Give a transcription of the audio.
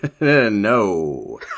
No